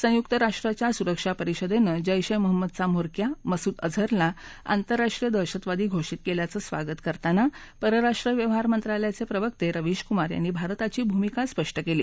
संयुक्त राष्ट्राच्या सुरक्षा परिषदेनं जधी ए मोहम्मदचा म्होरक्या मसुद अजहरला आंतरराष्ट्रीय दहशतवादी घोषीत केल्याचं स्वागत करताना परराष्ट्र व्यवहार मंत्रालयाचे प्रवक्ते रवीश कूमार यानी भारताची भूमिका स्पष्ट केली